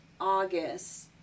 August